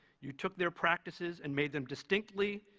you took their practices and made them distinctively,